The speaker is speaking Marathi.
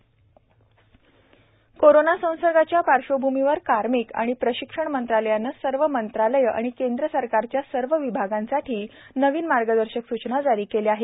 नवीन मार्गदर्शक सूचना कोरोना संसर्गाच्या पार्श्वभूमीवर कार्मिक आणि प्रशिक्षण मंत्रालयानं सर्व मंत्रालये आणि केंद्र सरकारच्या सर्व विभागांसाठी नवीन मार्गदर्शक सूचना जारी केल्या आहेत